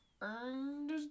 earned